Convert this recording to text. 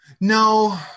No